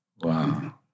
Wow